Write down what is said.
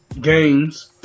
games